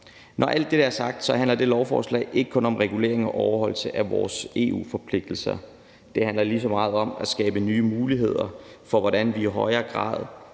Når alt dette er sagt, handler dette lovforslag ikke kun om en regulering og overholdelse af vores EU-forpligtelser; det handler lige så meget om at skabe nye muligheder for, hvordan vi i højere grad